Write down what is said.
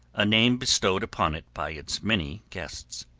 a name bestowed upon it by its many guests.